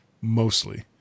Mostly